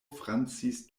francis